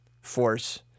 force